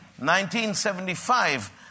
1975